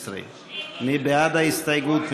15. מי בעד ההסתייגות?